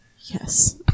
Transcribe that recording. Yes